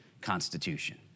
Constitution